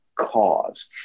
cause